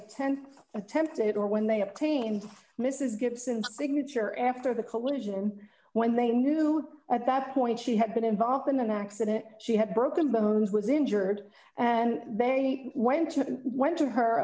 ten attempted or when they obtained mrs gibson signature after the collision when they knew at that point she had been involved in an accident she had broken bones was injured and they went to went to her